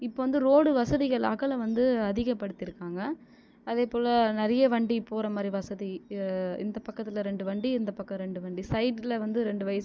இப்போது வந்து ரோடு வசதிகள் அகலம் வந்து அதிகப்படித்தியிருக்காங்க அதே போல நிறையா வண்டி போகிற மாதிரி வசதி இந்த பக்கத்தில் இரண்டு வண்டி இந்த பக்கம் இரண்டு வண்டி சைடில் வந்து இரண்டு வைஸ்